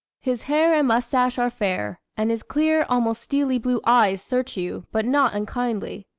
his hair and mustache are fair, and his clear, almost steely-blue eyes search you, but not unkindly.